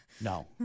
No